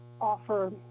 offer